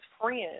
friends